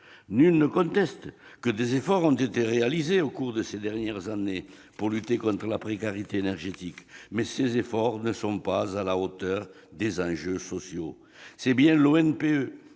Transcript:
Nul ne conteste que des efforts aient été réalisés au cours de ces dernières années pour lutter contre la précarité énergétique, mais ces efforts ne sont pas à la hauteur des enjeux sociaux. C'est aussi l'ONPE